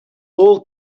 all